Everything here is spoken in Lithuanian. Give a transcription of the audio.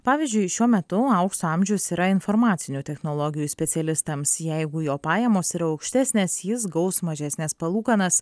pavyzdžiui šiuo metu aukso amžius yra informacinių technologijų specialistams jeigu jo pajamos yra aukštesnės jis gaus mažesnes palūkanas